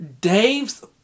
Dave's